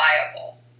reliable